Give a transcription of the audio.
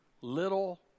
little